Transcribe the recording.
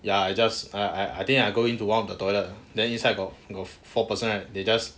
ya I just I I think I go into one of the toilet then you inside got four person right like they just